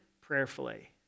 prayerfully